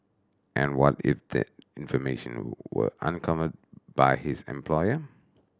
and what if that information were uncovered by his employer